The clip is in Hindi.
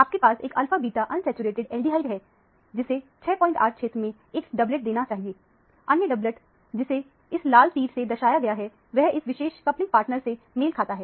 आपके पास एक अल्फा बीटा अनसैचुरेटेड एल्डिहाइड है जिसे 68 क्षेत्र में एक डबलेट देना चाहिए अन्य डबलेट जिसे इस लाल तीर से दर्शाया गया है वह इस विशेष कपलिंग पार्टनर से मेल खाता है